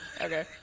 Okay